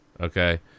Okay